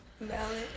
Valid